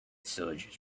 soldiers